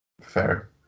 Fair